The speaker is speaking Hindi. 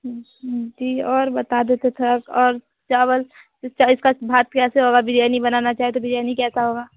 जी और बता देते थोड़ा और चावल इसका का भात कैसे होगा बिरयानी बनाना चाहें तो बिरयानी कैसा होगा